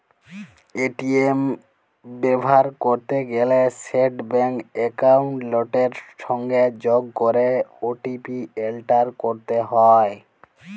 ATM ব্যাভার ক্যরতে গ্যালে সেট ব্যাংক একাউলটের সংগে যগ ক্যরে ও.টি.পি এলটার ক্যরতে হ্যয়